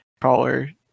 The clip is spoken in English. crawler